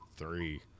three